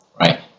right